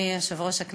אדוני היושב-ראש,